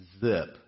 zip